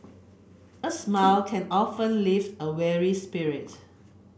a smile can often lift a weary spirit